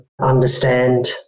understand